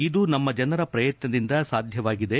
ಇದು ನಮ್ಮ ಜನರ ಶ್ರಯತ್ನದಿಂದ ಸಾಧ್ಯವಾಗಿದೆ